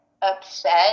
upset